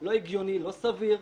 לא הגיוני, לא סביר,